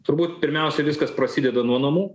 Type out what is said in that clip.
turbūt pirmiausiai viskas prasideda nuo namų